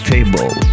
Table